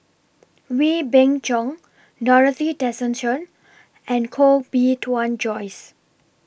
Wee Beng Chong Dorothy Tessensohn and Koh Bee Tuan Joyce